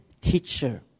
teacher